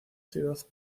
ciudad